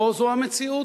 או שזאת המציאות.